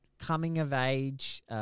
coming-of-age